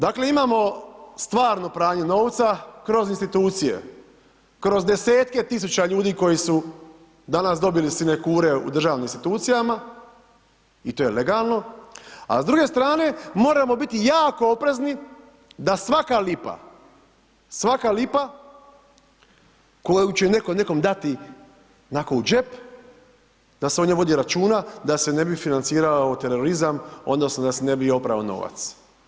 Dakle, imamo stvarno pranje novca kroz institucije, kroz desetke tisuća ljudi koji su danas dobili sinekure u državnim institucijama i to je legalno, a s druge strane moramo biti jako oprezni da svaka lipa, svaka lipa koju će netko nekom dati onako u džep, da se o njemu vodi računa da se ne bi financirao terorizam odnosno da se ne bi oprao novac.